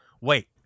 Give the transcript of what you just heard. Wait